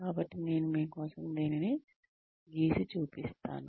కాబట్టి నేను మీ కోసం దీనిని గీసి చూపిస్తాను